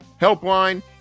Helpline